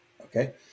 Okay